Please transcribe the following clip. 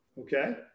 Okay